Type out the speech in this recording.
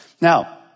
Now